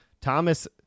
Thomas